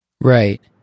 Right